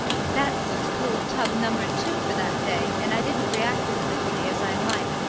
that was cold tub number two for that day, and i didn't react as quickly as i might,